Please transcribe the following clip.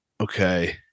Okay